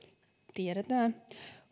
tiedetään